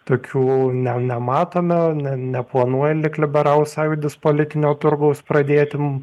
tokių ne nematome ne neplanuoja lik liberalų sąjūdis politinio turgaus pradėti